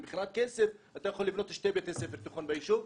מבחינת כסף אתה יכול לבנות שני בתי ספר תיכון ביישוב,